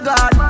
God